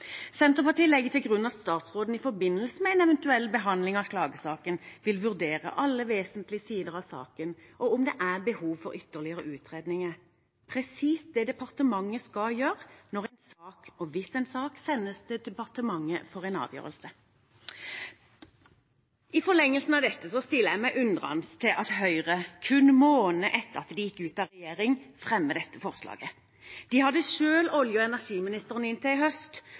Senterpartiet legger til grunn at statsråden i forbindelse med en eventuell behandling av klagesaken vil vurdere alle vesentlige sider av saken, og om det er behov for ytterligere utredninger. Det er presis det departementet skal gjøre hvis en sak sendes til departementet for en avgjørelse. I forlengelsen av dette stiller jeg meg undrende til at Høyre kun måneder etter at de gikk ut av regjering, fremmer dette forslaget. De hadde selv olje- og energiministeren inntil i høst